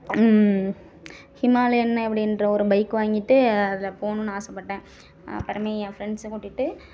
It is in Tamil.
ஹிமாலயன் அப்படின்ற ஒரு பைக் வாங்கிட்டு அதில் போகணும்னு ஆசைப்பட்டேன் அப்பறம் என் ஃப்ரண்ட்ஸை கூட்டிகிட்டு